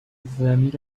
ضمیر